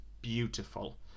beautiful